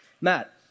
Matt